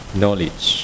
knowledge